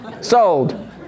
Sold